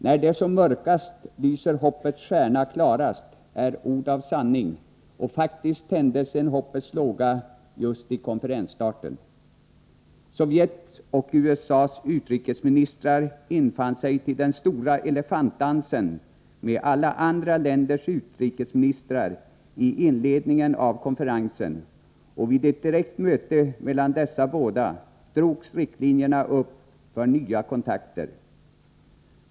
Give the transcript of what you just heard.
”När det är mörkast lyser hoppets stjärna klarast” är ord av sanning, och faktiskt tändes en hoppets låga just i konferensstarten. Sovjets och USA:s utrikesministrar infann sig till den stora ”elefantdansen” med alla andra länders utrikesministrar i inledningen av konferensen, och vid ett direkt möte mellan dessa båda drogs riktlinjerna upp för nya kontakter.